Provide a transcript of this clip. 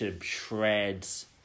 shreds